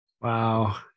Wow